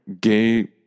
gay